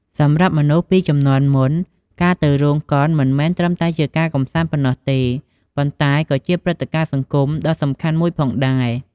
សម្រាប់មនុស្សពីជំនាន់មុន ការទៅរោងកុនមិនមែនត្រឹមតែជាការកម្សាន្តប៉ុណ្ណោះទេ ប៉ុន្តែក៏ជាព្រឹត្តិការណ៍សង្គមដ៏សំខាន់មួយផងដែរ ។